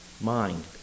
mind